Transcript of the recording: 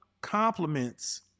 compliments